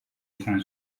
izan